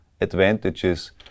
advantages